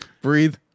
Breathe